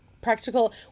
Practical